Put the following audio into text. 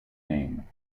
name